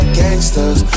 gangsters